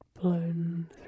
blown